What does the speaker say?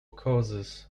causes